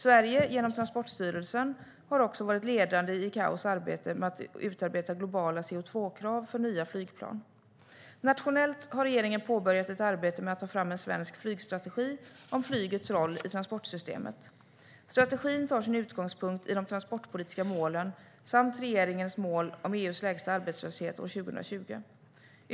Sverige, genom Transportstyrelsen, har också varit ledande i ICAO:s arbete med att utarbeta globala CO2-krav för nya flygplan. Nationellt har regeringen påbörjat ett arbete med att ta fram en svensk flygstrategi om flygets roll i transportsystemet. Strategin tar sin utgångspunkt i de transportpolitiska målen samt regeringens mål om EU:s lägsta arbetslöshet år 2020.